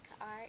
art